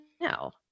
no